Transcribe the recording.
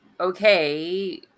Okay